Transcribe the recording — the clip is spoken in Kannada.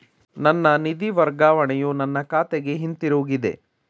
ನನ್ನ ನಿಧಿ ವರ್ಗಾವಣೆಯು ನನ್ನ ಖಾತೆಗೆ ಹಿಂತಿರುಗಿದೆ